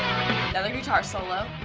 but guitar solo.